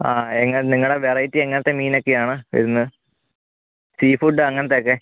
ആ എങ്ങ നിങ്ങളുടെ വെറൈറ്റി എങ്ങനത്തെ മീനൊക്കെയാണ് വരുന്നത് സീ ഫുഡ് അങ്ങനത്തെയൊക്കെ